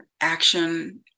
action